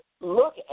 Look